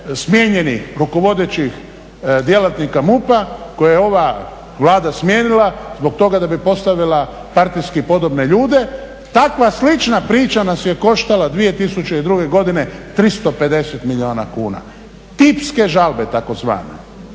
smijenjenih rukovodećih djelatnika MUP-a koje je ova Vlada smijenila zbog toga da bi postavila partijski podobne ljude. Takva slična priča nas je koštala 2002. godine 350 milijuna kuna. Tipske žalbe takozvane.